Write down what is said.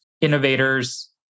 innovators